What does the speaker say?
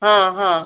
हो हो